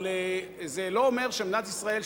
אבל זה לא אומר שמדינת ישראל,